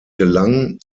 gelang